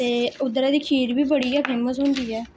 ते उद्धरा दी खीर बी बड़ी गै फेमस होंदी ऐ